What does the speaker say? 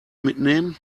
mitnehmen